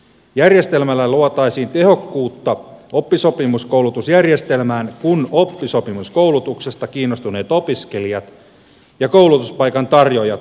järjestelmällä luotaisiin tehokkuutta oppisopimuskoulutusjärjestelmään kun oppisopimuskoulutuksesta kiinnostuneet opiskelijat ja koulutuspaikan tarjoajat kohtaisivat helpommin